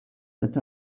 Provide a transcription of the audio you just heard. that